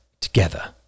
together